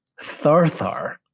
Tharthar